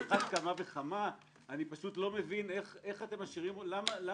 איש לא